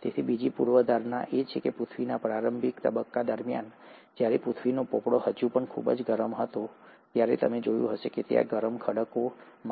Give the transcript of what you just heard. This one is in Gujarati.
તેથી બીજી પૂર્વધારણા એ છે કે પૃથ્વીના પ્રારંભિક તબક્કા દરમિયાન જ્યારે પૃથ્વીનો પોપડો હજુ પણ ખૂબ જ ગરમ હતો ત્યારે તમે જોશો કે ત્યાં ગરમ ખડકો